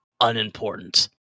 unimportant